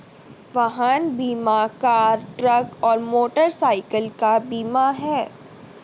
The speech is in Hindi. वाहन बीमा कार, ट्रक और मोटरसाइकिल का बीमा है